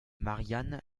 marianne